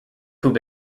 pooh